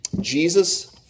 Jesus